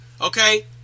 Okay